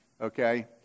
Okay